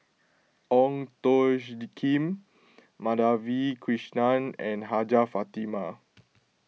Ong Tjoe Kim Madhavi Krishnan and Hajjah Fatimah